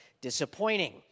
disappointing